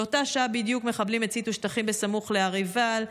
באותה שעה בדיוק מחבלים הציתו שטחים סמוך להר עיבל.